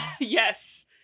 yes